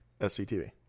SCTV